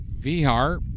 Vihar